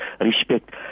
respect